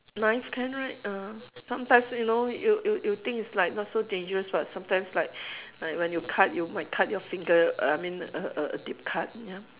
knife can right ah sometimes you know you you you think it's like not so dangerous but sometimes like like when you cut you might cut your finger I mean err err a deep cut ya